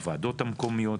הוועדות המקומיות,